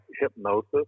hypnosis